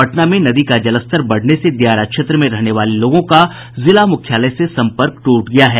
पटना में नदी का जलस्तर बढ़ने से दियारा क्षेत्र में रहने वाले लोगों का जिला मुख्यालय से संपर्क ट्रट गया है